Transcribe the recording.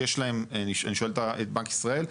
שיש להם, אני שואל את בנק ישראל.